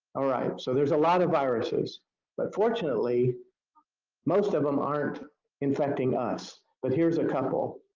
alright, so there's a lot of viruses but fortunately most of them aren't infecting us, but here's a couple.